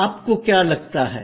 आपको क्या लगता है